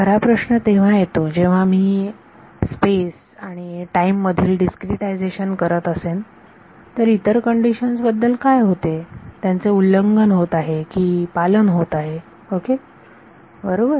खरा प्रश्न तेव्हा येतो जेव्हा मी हे स्पेस आणि टाईम मधील डीस्क्रीटायझेशन करत असेन तर इतर कंडिशन्स बद्दल काय होते त्यांचे उल्लंघन होत आहे का की त्यांचे पालन होत आहे ओके बरोबर